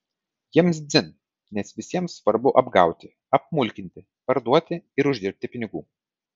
jiems dzin nes visiems svarbu apgauti apmulkinti parduoti ir uždirbti pinigų